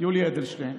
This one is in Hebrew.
יולי אדלשטיין,